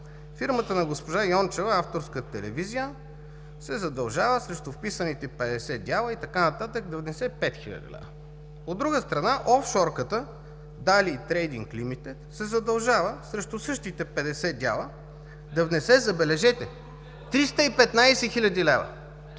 фирмата на госпожа Йончева, „Авторска телевизия“, се задължава срещу вписаните 50 дяла и така нататък да внесе 5000 лв. От друга страна, офшорката „Далий трейдинг лимитед“ се задължава срещу същите 50 дяла да внесе, забележете, 315 хил.